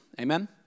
Amen